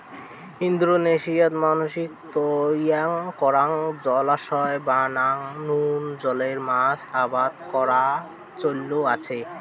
ইন্দোনেশিয়াত মানষির তৈয়ার করাং জলাশয় বানেয়া নুন জলের মাছ আবাদ করার চৈল আচে